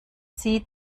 sie